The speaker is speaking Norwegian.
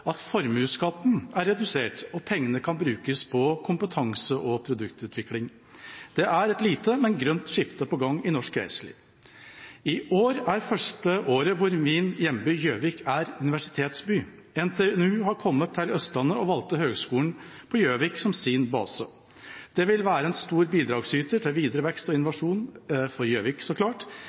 at formuesskatten er redusert og pengene kan brukes på kompetanse- og produktutvikling. Det er et lite, men grønt skifte på gang i norsk reiseliv. I år er første året hvor min hjemby, Gjøvik, er universitetsby. NTNU har kommet til Østlandet og valgte Høgskolen på Gjøvik som sin base. Det vil være en stor bidragsyter til videre vekst og innovasjon, for Gjøvik, så klart,